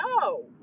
no